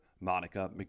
Monica